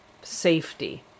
safety